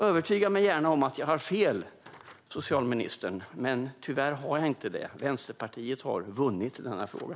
Övertyga mig gärna om att jag har fel, socialministern. Men tyvärr har jag inte det. Vänsterpartiet har vunnit i denna fråga.